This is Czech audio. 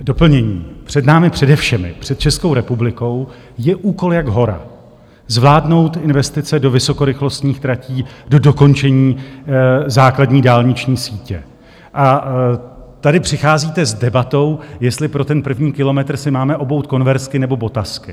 Doplnění: před námi přede všemi, před Českou republikou, je úkol jak hora zvládnout investice do vysokorychlostních tratí, do dokončení základní dálniční sítě, a tady přicházíte s debatou, jestli pro ten první kilometr si máme obout conversky, nebo botasky.